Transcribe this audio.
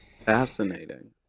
Fascinating